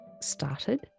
started